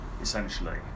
essentially